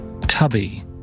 Tubby